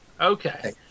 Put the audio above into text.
Okay